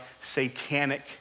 satanic